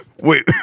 wait